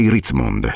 Ritzmond